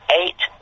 eight